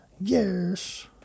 Yes